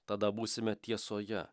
tada būsime tiesoje